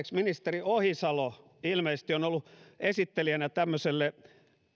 ministeri ohisalo ilmeisesti on ollut esittelijänä tämmöiselle